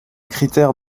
critères